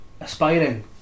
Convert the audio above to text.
Aspiring